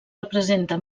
representa